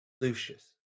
Lucius